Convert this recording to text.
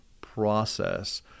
process